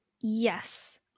Yes